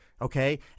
okay